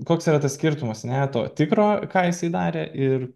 koks yra tas skirtumas ne to tikro ką jisai darė ir